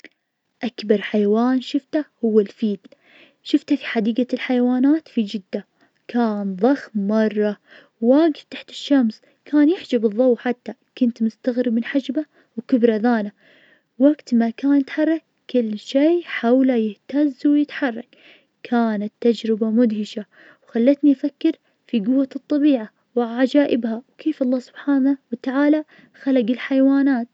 أفضل وأجمل زهرة شفتها كانت وردة الجوري, شفتها في حديقة عندنا في الحي, كانت ملونة ومنعشة ريحتها عطرة يرد الروح, كنت اشوفها وهي تنفتح تحت الشمس, وكأنها لوحة فنية, أحب أوقف عندها واستنشق ريحتها الجميلة العطرة, تذكرني بجمال الطبيعة وبساطتها, سبحان الله.